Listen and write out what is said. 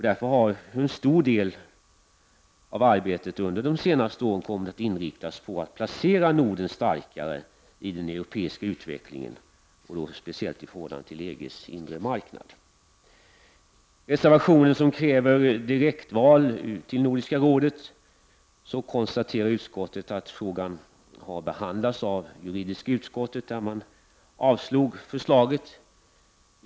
Därför har en stor del av arbetet under de senaste åren kommit att inriktas på att placera Norden starkare i den europeiska utvecklingen, speciellt i förhållande till EG:s inre marknad. När det gäller reservation 4 som kräver direktval till Nordiska rådet konstaterar utskottet att frågan har behandlats av juridiska utskottet och att man då avslog förslaget.